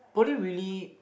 poly really